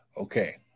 Okay